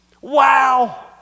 Wow